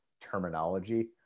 terminology